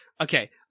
okay